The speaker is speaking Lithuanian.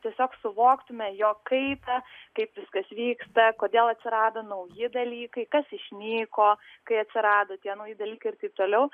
tiesiog suvoktume jo kaitą kaip viskas vyksta kodėl atsirado nauji dalykai kas išnyko kai atsirado tie nauji dalykai ir taip toliau